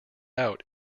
out